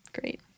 great